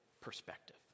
perspective